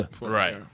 right